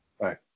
Right